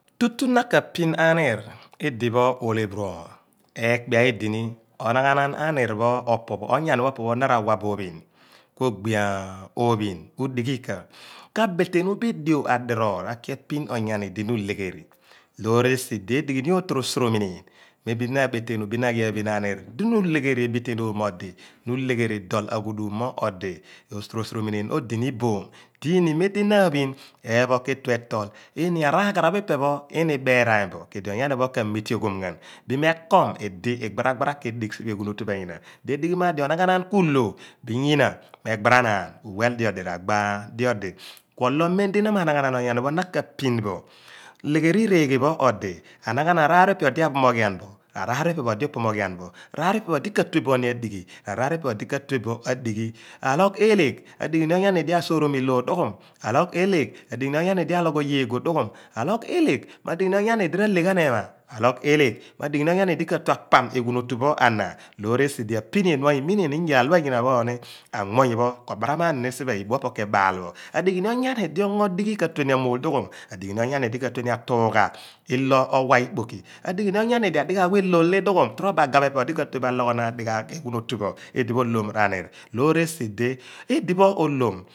Tutu na ka pin aniir idipho olephiroony eekpia edini onaghanaan aniir onyani pho opo pho na ra wa bo ophin kuobio phin udighika ka beteenu dio a diroor bin a ki a pin onyani di na uleghe ri loor esi di edigh ni otoro sorominieen di na aniir di na ulegheri emiteenom mo odi uledhe ri dool aghuduum mo odi otoro sorominieen odi ni iboom di iini meem di na a/phin nyina ketue etool eeni araghaaraphi pe pho na ibeeraan bo kue di onyani pho ka mitohom ghaa bo bin me kom idi igbarabara kedigh pooloo ghoo tu pho nyina di edighi maar di onagha naan kuulo biin nyina megba ra naan uweehe lo di r'agba nio di kuelo memdi na ma anaghaan enyanipho na ka phin bo lhegheri r'eeghe pho odi anaghanaan r'aar pho ipe odi a pho moghian bo r'aar pho ipe odi upomoghian bo, r'aar pho ipe odi ka tue bo adi ghi ra raar pho ipe odi ka tue bo adighin aloogh eeleegh mo adighi ni onyaani di asuure mi loor dughu? Aloogh eeleegh adighi ni onyani di aloogh oye eeghu dughoom, aloogh eeleegh ema dughuum? Aloogh eeleegh mughumo adi ghi onyani di ka tue apam eghuun otu pho a na dughum? Loor esi di apinien pho imimeen iyaal pho anyina phooni anmuny pho ka baram maanini siphe idue pho adiphe ke baal bo adighi ni onyani di ongo dighi ka tue amuul dughum? Adighi ni onyani di ka tue atuugha ilo owa ikpoki dughum? Adighaagh pho elool li dughum? Trobo aga lo odi ka tue bo alogho naan dighaagh eghuunotu pho idipho olom r'aar niit loor esi di